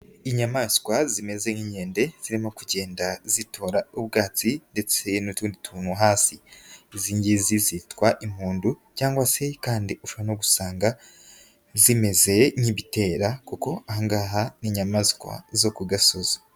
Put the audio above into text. Inyamaswa zimeze nk'inkende zirimo kugenda zitora ubwatsi ndetse n'utundi tuntu hasi, izi ngizi zitwa impundu cyangwa se kandi ushobora no gusanga zimeze nk'ibitera kuko ahangaha n'inyamaswa zo ku gasozi.